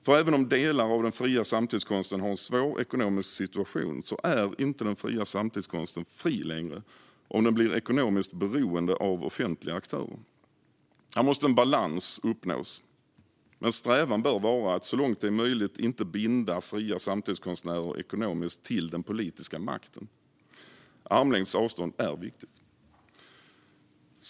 För även om delar av den fria samtidskonsten har en svår ekonomisk situation är inte den fria samtidskonsten längre fri om den blir ekonomiskt beroende av offentliga aktörer. Här måste en balans uppnås, men strävan bör vara att så långt det är möjligt inte binda fria samtidskonstnärer ekonomiskt till den politiska makten. Armlängds avstånd är viktigt.